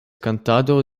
kantado